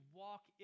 walk